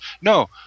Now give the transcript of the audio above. No